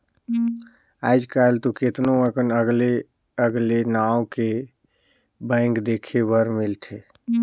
आयज कायल तो केतनो अकन अगले अगले नांव के बैंक देखे सुने बर मिलथे